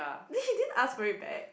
he didn't ask for it back